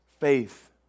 Faith